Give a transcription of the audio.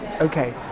okay